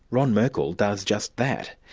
ron merkel does just that.